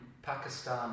Pakistan